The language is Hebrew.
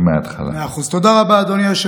הינה, השר פה.